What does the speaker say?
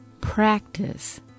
practice